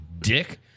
dick